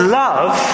love